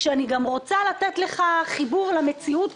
כשאני גם רוצה לתת לך חיבור למציאות,